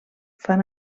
fan